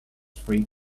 free